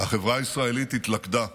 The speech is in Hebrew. החברה הישראלית התלכדה,